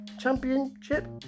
Championship